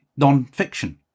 nonfiction